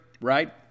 right